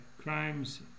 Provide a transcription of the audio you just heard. crimes